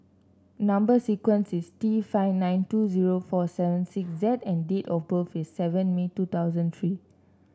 number sequence is T five nine two zero four seven six Z and date of birth is seven May two thousand three